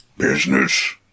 Business